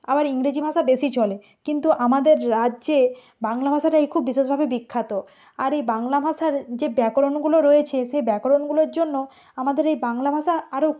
আবার ইংরেজি ভাষা বেশি চলে কিন্তু আমাদের রাজ্যে বাংলা ভাষাটাই খুব বিশেষভাবে বিখ্যাত আর এই বাংলা ভাষার যে ব্যাকরণগুলো রয়েছে সে ব্যাকরণগুলোর জন্য আমাদের এই বাংলা ভাষা আরও